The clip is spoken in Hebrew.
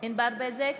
ענבר בזק,